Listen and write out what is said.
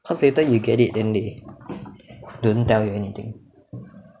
cause later you get it then they don't tell you anything